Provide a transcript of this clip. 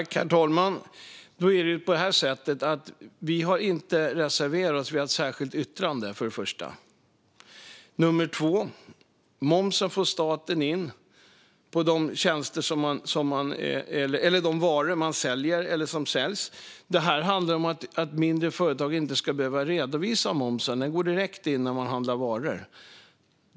Herr talman! Vi har för det första inte reserverat oss, utan vi har ett särskilt yttrande. Nummer två: momsen får staten in på de varor som säljs. Detta handlar om att mindre företag inte ska behöva redovisa momsen - den går direkt in när man handlar varor.